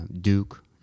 Duke